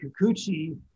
Kikuchi